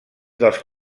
dels